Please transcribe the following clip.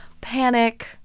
panic